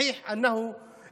עכשיו אנחנו בשלב קריטי מאוד.